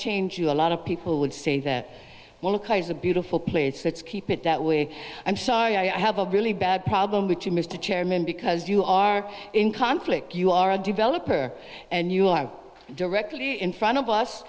change a lot of people would say that is a beautiful place let's keep it that way i'm sorry i have a really bad problem with you mr chairman because you are in conflict you are a developer and you are directly in front of us